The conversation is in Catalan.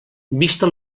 vista